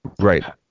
Right